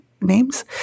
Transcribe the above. names